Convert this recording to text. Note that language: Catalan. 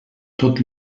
tot